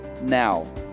now